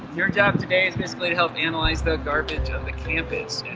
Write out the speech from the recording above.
your job today is basically to help analyze the garbage of the campus.